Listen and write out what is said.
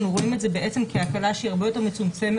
אנחנו רואים את זה בעצם כהקלה שהיא הרבה יותר מצומצמת.